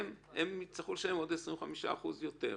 שהם יצטרכו לשלם 25% יותר?